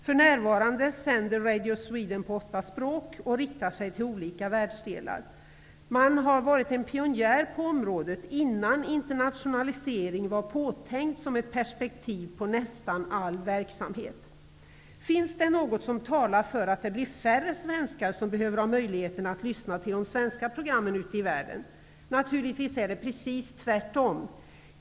För närvarande sänder Radio Sweden på åtta språk och riktar sig till olika världsdelar. Man har varit en pionjär på området, innan internationalisering var påtänkt som ett perspektiv på nästan all verksamhet. Finns det något som talar för att det blir färre svenskar som behöver ha möjligheten att lyssna till de svenska programmen ute i världen? Naturligtvis är det precis tvärtom.